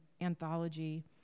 anthology